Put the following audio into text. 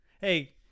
Hey